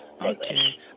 Okay